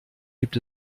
gibt